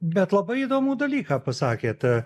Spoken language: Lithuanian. bet labai įdomų dalyką pasakėte